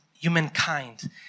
humankind